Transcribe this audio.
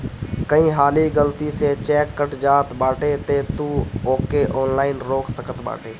कई हाली गलती से चेक कट जात बाटे तअ तू ओके ऑनलाइन रोक सकत बाटअ